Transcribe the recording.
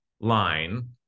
line